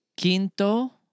Quinto